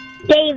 David